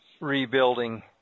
rebuilding